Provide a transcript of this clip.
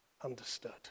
understood